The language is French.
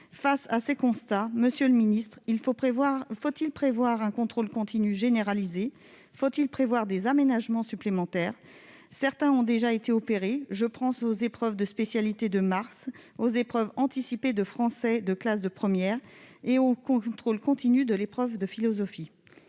face à ces constats, monsieur le ministre, faut-il prévoir un contrôle continu généralisé ? Faut-il envisager des aménagements supplémentaires ? Certains ont déjà été opérés : je pense aux épreuves de spécialité de mars dernier, aux épreuves anticipées de français de la classe de première et au contenu de l'épreuve de philosophie.